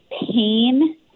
pain